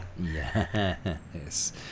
yes